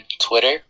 Twitter